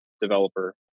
developer